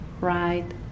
right